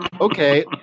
okay